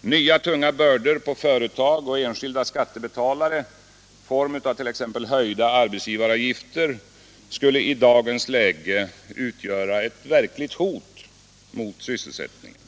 Nya tunga bördor på företag och enskilda skattebetalare i form av t.ex. höjda arbetsgivaravgifter skulle i dagens läge utgöra ett verkligt hot mot sysselsättningen.